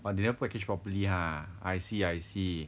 they never package properly ah I see I see